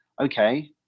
Okay